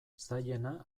zailena